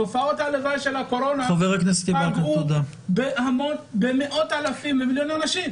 תופעות הלוואי של הקורונה פגעו במאות אלפי אנשים.